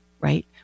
right